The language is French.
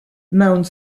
mount